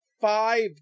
Five